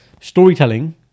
storytelling